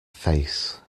face